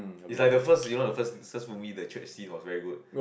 is like the first you know first first movie the church scene was very good